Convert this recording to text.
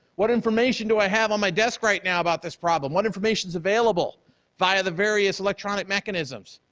what information do i have on my desk right now about this problem? what information's available via the various electronic mechanisms?